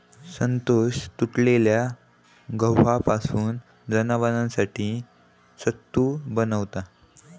संतोष तुटलेल्या गव्हापासून जनावरांसाठी सत्तू बनवता